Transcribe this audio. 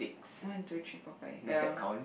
one two three four five ya